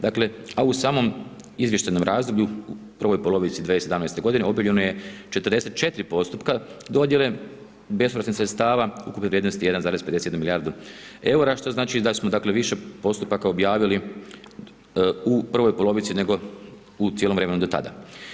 Dakle, a u samom izvještajnom razdoblju u prvom polovici 2017. g. obavljeno je 44 postupka dodjele bespovratnih sredstava ukupne vrijednosti 1,50 milijardu eura, što znači da smo više postupaka objavili u prvoj polovici nego u cijelom vremenu do tada.